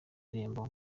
irembo